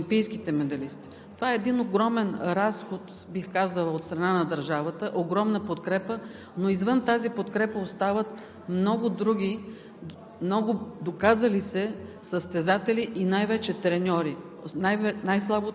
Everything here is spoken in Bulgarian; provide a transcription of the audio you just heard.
България отделя всяка година близо 6 млн. лв. именно за пожизнените премии на олимпийските медалисти. Това е един огромен разход от страна на държавата, огромна подкрепа, но извън тази подкрепа остават много други,